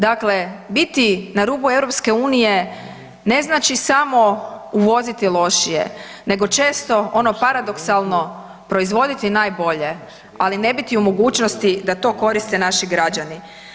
Dakle, biti na rubu EU ne znači samo uvoziti lošije nego često ono paradoksalno proizvoditi najbolje, ali ne biti u mogućnosti da to koriste naši građani.